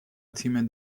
تیم